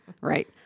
right